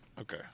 Okay